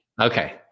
Okay